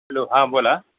hello हां बोला